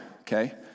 okay